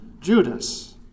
Judas